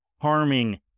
harming